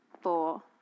four